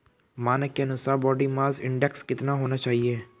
मानक के अनुसार बॉडी मास इंडेक्स कितना होना चाहिए?